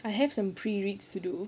I have some pre reads to do